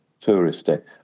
touristy